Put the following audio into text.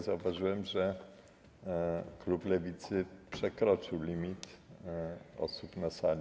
Zauważyłem, że klub Lewicy przekroczył limit osób na sali.